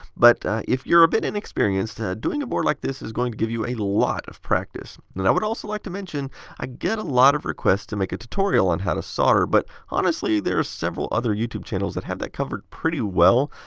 but if you're a bit inexperienced, doing a board like this is going to give you a lot of practice. and and i would also like to mention i get a lot of requests to make a tutorial on how to solder. but, honestly, there are several other youtube channels that have that covered pretty well.